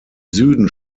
süden